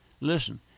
listen